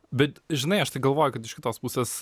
bet žinai aš tai galvoju kad iš kitos pusės